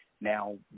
Now